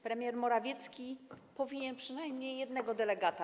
Premier Morawiecki powinien wysłać przynajmniej jednego delegata.